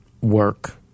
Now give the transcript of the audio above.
work